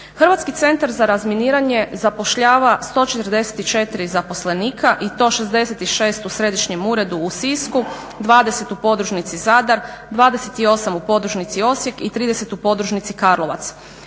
Hrvatski centar za razminiranje zapošljava 14 zaposlenika i to 66 u središnjem uredu u Sisku, 20 u podružnici Zadar, 28 u podružnici Osijek i 30 u podružnici Karlovac.